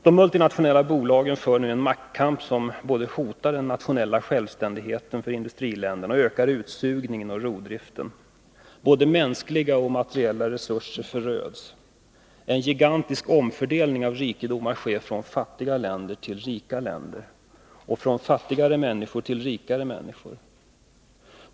De multinationella bolagen för nu en maktkamp som både hotar den nationella självständigheten för industriländerna och ökar utsugningen och rovdriften. Både mänskliga och materiella resurser föröds. En gigantisk omfördelning av rikedomar sker från fattiga länder till rika länder och från fattigare människor till rikare människor.